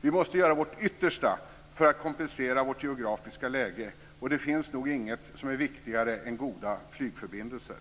Vi måste göra vårt yttersta för att kompensera vårt geografiska läge. Det finns nog inget som är viktigare än goda flygförbindelser.